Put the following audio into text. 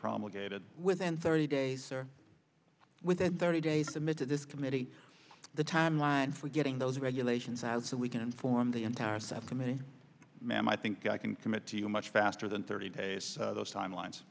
promulgated within thirty days or within thirty days submitted this committee the timeline for getting those regulations out so we can inform the entire staff committee ma'am i think i can commit to you much faster than thirty days those timelines